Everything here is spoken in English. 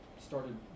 started